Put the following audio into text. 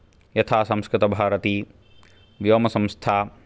यथा संस्कृतभारती व्योमसंस्था